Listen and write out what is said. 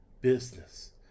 business